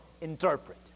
interpret